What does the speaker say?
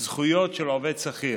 זכויות של עובד שכיר.